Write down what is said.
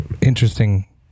interesting